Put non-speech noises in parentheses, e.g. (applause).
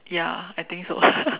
ya I think so (laughs)